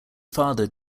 father